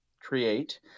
create